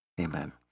Amen